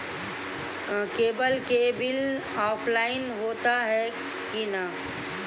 Cable के bill offline होला कि ना?